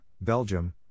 Belgium